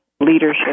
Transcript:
leadership